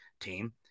team